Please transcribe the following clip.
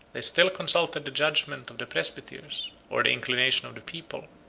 they still consulted the judgment of the presbyters, or the inclination of the people,